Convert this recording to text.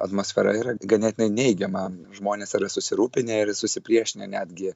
atmosfera yra ganėtinai neigiama žmonės yra susirūpinę ir susipriešinę netgi